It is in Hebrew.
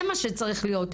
זה מה שצריך להיות.